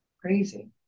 Crazy